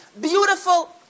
beautiful